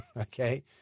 okay